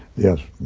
yes.